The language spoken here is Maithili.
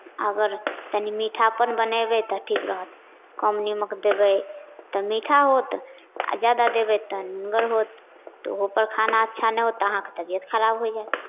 अगर तनी मीठापन बनेबै तऽ ठीक रहत कम नीमक देबै तऽ मीठा होत आ ज्यादा देबै तऽ नुनगर होत तऽ ओहोपर खाना अच्छा नहि होत तऽ अहाँके तबियत खराब हो जायत